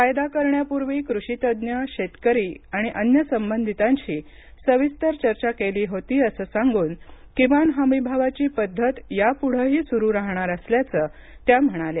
कायदा करण्यापूर्वी कृषी तज्ज्ञ शेतकरी आणि अन्य संबंधितांशी सविस्तर चर्चा केली होती असं सांगून किमान हमी भावाची पद्धत याप्ढेही स्रू राहणार असल्याचं त्या म्हणाल्या